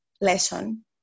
lesson